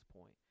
point